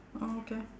oh okay